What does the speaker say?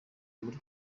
muri